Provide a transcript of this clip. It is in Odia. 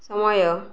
ସମୟ